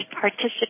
participate